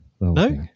No